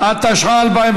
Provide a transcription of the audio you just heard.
התשע"ח 2018,